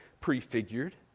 prefigured